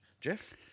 Jeff